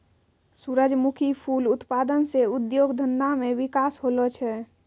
सुरजमुखी फूल उत्पादन से उद्योग धंधा मे बिकास होलो छै